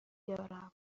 دارم